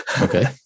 Okay